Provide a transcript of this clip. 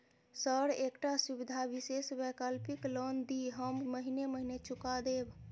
Sir एकटा सुविधा विशेष वैकल्पिक लोन दिऽ हम महीने महीने चुका देब?